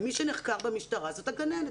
ומי שנחקר במשטרה זאת הגננת.